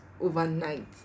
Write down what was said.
overnight